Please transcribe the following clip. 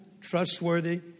trustworthy